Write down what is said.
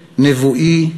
נבואי,